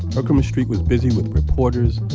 herkimer street was busy with reporters,